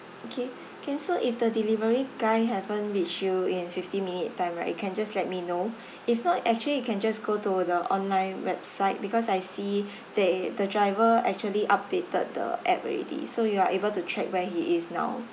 okay can so if the delivery guy haven't reach you in fifteen minute time right you can just let me know if not actually you can just go to the online website because I see they the driver actually updated the app already so you are able to track where he is now